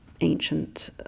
ancient